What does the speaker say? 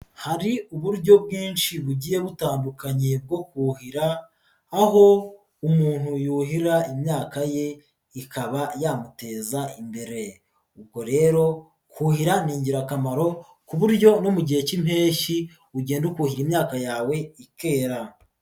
Hari uburyo bwinshi bugiye butandukanye bwo kuhira, aho umuntu yuhira imyaka ye, ikaba yamuteza imbere, ubwo rero kuhira ni ingirakamaro, ku buryo no mu gihe cy'impeshyi, ugenda ukuhira imyaka yawe ikera.